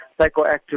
psychoactive